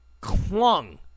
clung